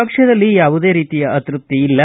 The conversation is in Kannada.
ಪಕ್ಷದಲ್ಲಿ ಯಾವುದೇ ರೀತಿಯ ಅತೃಪ್ತಿ ಇಲ್ಲ